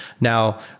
Now